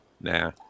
Nah